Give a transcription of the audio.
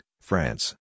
France